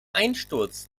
einsturz